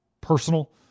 personal